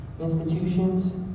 institutions